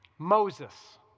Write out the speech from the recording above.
Moses